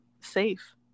safe